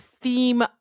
theme